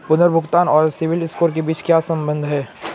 पुनर्भुगतान और सिबिल स्कोर के बीच क्या संबंध है?